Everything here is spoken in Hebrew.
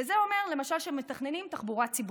וזה אומר, למשל, שכשמתכננים תחבורה ציבורית,